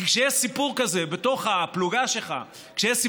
כי כשיש סיפור כזה בתוך הפלוגה שלך,